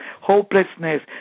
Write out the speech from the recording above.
Hopelessness